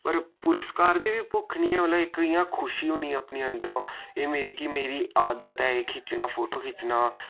पर पुरस्कार दी बी भुक्ख नि ऐ मतलब इक इयां खुशी होनी अपने अंदरो एह् मेरी कि मेरी आदत ऐ एह् खिच्चना फोटो खिच्चना